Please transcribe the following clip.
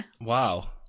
Wow